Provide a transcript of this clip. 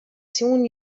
soon